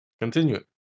Continue